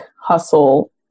hustle